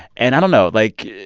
and i don't know. like,